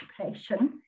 occupation